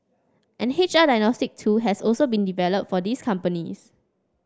an H R diagnostic tool has also been developed for these companies